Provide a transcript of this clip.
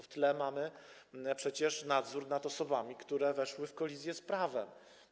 W tle mamy nadzór nad osobami, które weszły w kolizję z prawem.